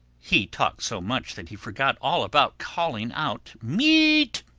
he talked so much that he forgot all about calling out meat!